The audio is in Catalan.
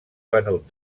venut